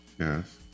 Yes